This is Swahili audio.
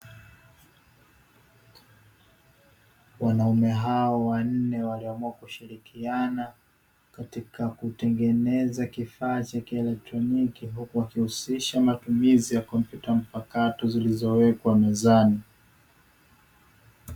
Wanaume hao wanne waliamua kushirikiana katika kutengeneza kifaa cha kielektroniki huku wakihusisha matumizi ya kompyuta mpakato zilizowekwa mezani.